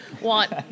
want